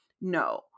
no